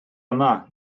yma